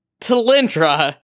Talindra